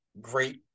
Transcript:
great